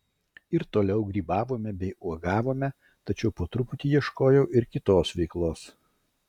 ir toliau grybavome bei uogavome tačiau po truputį ieškojau ir kitos veiklos